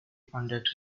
funded